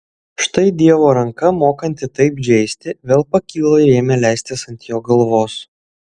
štai dievo ranka mokanti taip žeisti vėl pakilo ir ėmė leistis ant jo galvos